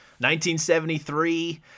1973